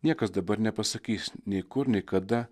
niekas dabar nepasakys nei kur nei kada